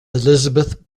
elizabeth